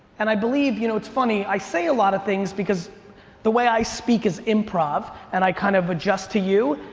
and i believe, you know, it's funny, i say a lot of things because the way i speak is improv, and i kind of adjust to you,